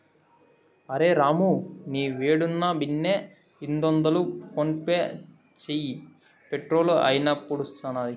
అరె రామూ, నీవేడున్నా బిన్నే ఐదొందలు ఫోన్పే చేయి, పెట్రోలు అయిపూడ్సినాది